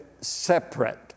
separate